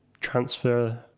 transfer